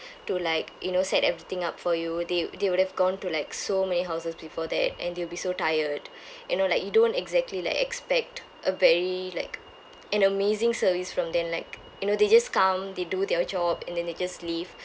to like you know set everything up for you they they would have gone to like so many houses before that and they will be so tired you know like you don't exactly like expect a very like an amazing service from them like you know they just come they do their job and then they just leave